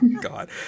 God